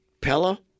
pella